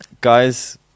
guys